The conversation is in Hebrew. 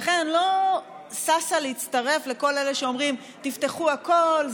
לכן אני לא ששה להצטרף לכל אלה שאומרים: תפתחו הכול,